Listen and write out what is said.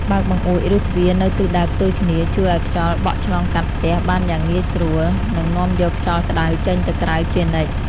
បើកបង្អួចឬទ្វារនៅទិសដៅផ្ទុយគ្នាជួយឱ្យខ្យល់បក់ឆ្លងកាត់ផ្ទះបានយ៉ាងងាយស្រួលនិងនាំយកខ្យល់ក្តៅចេញទៅក្រៅជានិច្ច។